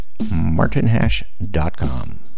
martinhash.com